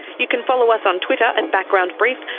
you can follow us on twitter at backgroundbrief,